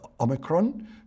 Omicron